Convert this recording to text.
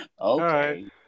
okay